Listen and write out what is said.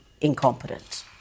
incompetent